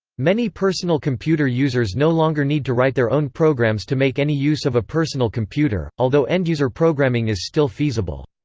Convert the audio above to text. many personal computer users no longer need to write their own programs to make any use of a personal computer, although end-user programming is still feasible.